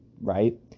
right